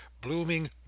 blooming